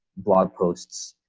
blog posts,